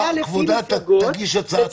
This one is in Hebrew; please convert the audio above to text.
חומר למחשבה להמשך, גם למציעים